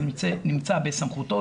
זה נמצא בסמכותו,